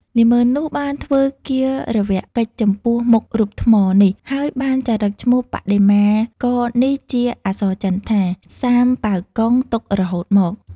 នាហ្មឺននោះ បានធ្វើគារវកិច្ចចំពោះមុខរូបថ្មនេះ ហើយបានចារឹកឈ្មោះបដិមាករនេះជាអក្សរចិនថា សាមប៉ាវកុង ទុករហូតមក ។